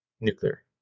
nuclear